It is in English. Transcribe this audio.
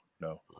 no